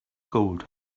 gold